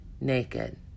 naked